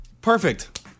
Perfect